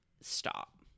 stop